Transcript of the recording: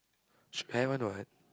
should have one what